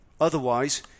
Otherwise